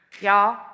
Y'all